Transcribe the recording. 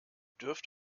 dürft